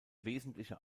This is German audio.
wesentliche